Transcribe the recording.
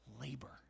labor